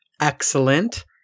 Excellent